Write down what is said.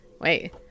Wait